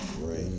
Right